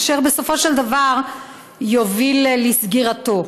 אשר בסופו של דבר יוביל לסגירתו.